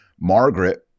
Margaret